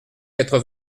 quatre